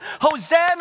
Hosanna